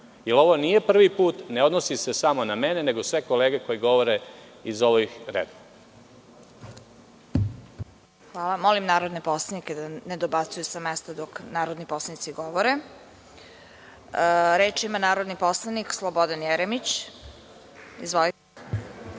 i ovo nije prvi put, ne odnosi se samo na mene, nego na sve kolege koji govore iz ovih redova. **Vesna Kovač** Molim narodne poslanike da ne dobacuju sa mesta dok narodni poslanici govore. Reč ima narodni poslanik Slobodan Jeremić.